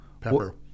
pepper